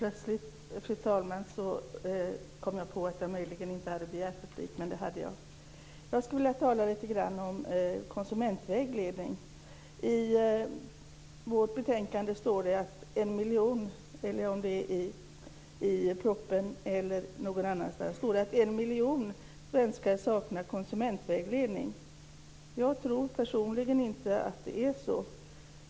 Fru talman! Jag skulle vilja tala lite grann om konsumentvägledning. I betänkandet, propositionen eller någon annanstans står det att en miljon svenskar saknar konsumentvägledning. Jag tror personligen inte att det är så.